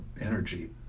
energy